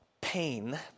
pain